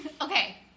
Okay